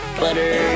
butter